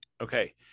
okay